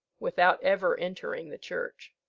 without ever entering the church.